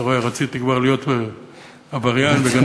אתה רואה, רציתי כבר להיות עבריין וגנב.